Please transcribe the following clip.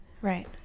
Right